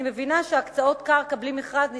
אני מבינה שהקצאות קרקע בלי מכרז ניתנות,